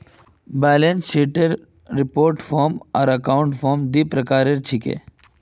balance शीटेर report form आर account form दी प्रकार छिके